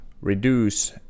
reduce